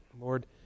Lord